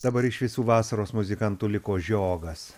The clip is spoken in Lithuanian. dabar iš visų vasaros muzikantų liko žiogas